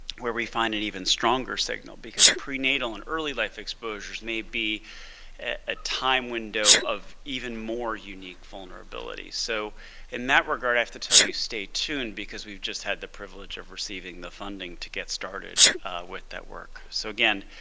where we find an and even stronger signal, because prenatal and early life exposures may be a time window of even more unique vulnerability. so in that regard, i have to tell you stay tuned because we've just had the privilege of receiving the funding to get started with that work. so again,